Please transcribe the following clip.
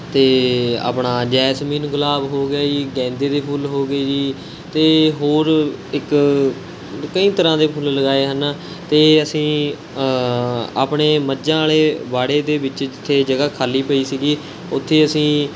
ਅਤੇ ਆਪਣਾ ਜੈਸਮੀਨ ਗੁਲਾਬ ਹੋ ਗਿਆ ਜੀ ਗੈਂਦੇ ਦੇ ਫੁੱਲ ਹੋ ਗਏ ਜੀ ਅਤੇ ਹੋਰ ਇੱਕ ਕਈ ਤਰ੍ਹਾਂ ਦੇ ਫੁੱਲ ਲਗਾਏ ਹਨ ਅਤੇ ਅਸੀਂ ਆਪਣੇ ਮੱਝਾਂ ਵਾਲੇ ਬਾੜੇ ਦੇ ਵਿੱਚ ਜਿੱਥੇ ਜਗ੍ਹਾ ਖਾਲੀ ਪਈ ਸੀ ਉੱਥੇ ਅਸੀਂ